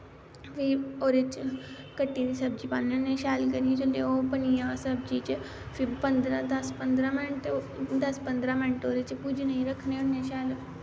फ्ही ओह्दे च कट्टी दी ओह् सब्जी पान्ने होन्ने शैल करियै जेल्ले ओह् बनी जा सब्जी च फिर पंदरा दस पंदरां मैन्ट दस पंदरां ओह्दे च भुज्जनेई रक्खने होन्ने शैल